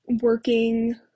working